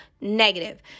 negative